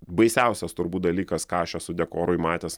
baisiausias turbūt dalykas ką aš esu dekorui matęs